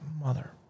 mother